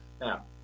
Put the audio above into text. Now